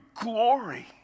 glory